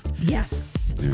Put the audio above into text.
Yes